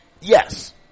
Yes